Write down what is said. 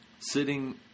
sitting